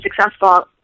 successful